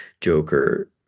joker